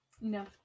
No